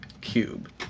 cube